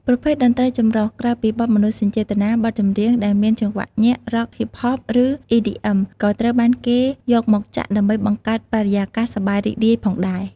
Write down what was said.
ប្រភេទតន្ត្រីចម្រុះ ក្រៅពីបទមនោសញ្ចេតនា បទចម្រៀងដែលមានចង្វាក់ញាក់ រ៉ក់ ហ៊ីបហប ឬ អ៊ីឌីអឹម ក៏ត្រូវបានគេយកមកចាក់ដើម្បីបង្កើតបរិយាកាសសប្បាយរីករាយផងដែរ។